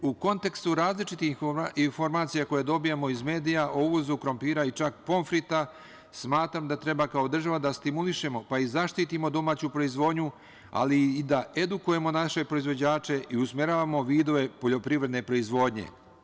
U kontekstu različitih informacija koje dobijamo iz medija o uvozu krompira, čak i pomfrita, smatram da treba kao država da stimulišemo, pa i zaštitimo domaću proizvodnju, ali i da edukujemo naše proizvođače i usmeravamo vidove poljoprivredne proizvodnje.